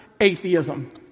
atheism